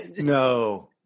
no